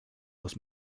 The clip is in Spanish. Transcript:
los